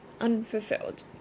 unfulfilled